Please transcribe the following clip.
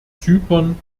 zypern